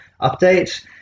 update